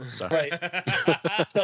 Right